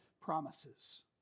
promises